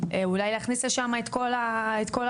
אולי להכניס לשמה את כל ההכשרות,